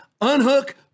unhook